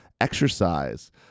exercise